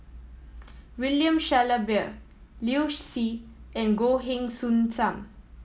William Shellabear Liu Si and Goh Heng Soon Sam